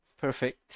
Perfect